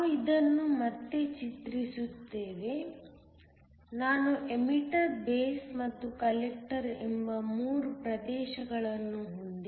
ನಾವು ಇದನ್ನು ಮತ್ತೆ ಚಿತ್ರಿಸುತ್ತೇವೆ ನಾನು ಎಮಿಟರ್ ಬೇಸ್ ಮತ್ತು ಕಲೆಕ್ಟರ್ ಎಂಬ 3 ಪ್ರದೇಶಗಳನ್ನು ಹೊಂದಿದ್ದೇನೆ